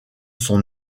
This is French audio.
son